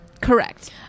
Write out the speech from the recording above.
Correct